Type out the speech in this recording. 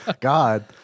God